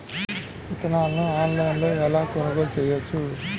విత్తనాలను ఆన్లైనులో ఎలా కొనుగోలు చేయవచ్చు?